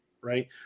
right